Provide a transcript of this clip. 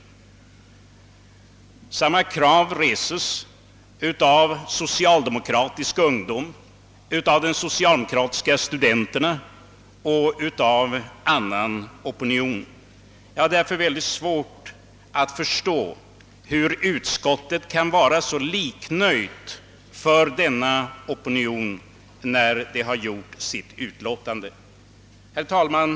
Samma krav reses av Socialdemokratisk ungdom, av de socialdemokratiska studenterna och i andra opinionsyttringar. Därför har jag mycket svårt att förstå att utskottet kan ha varit så liknöjt för den opinionen vid skrivningen av sitt utlåtande. Herr talman!